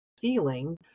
feeling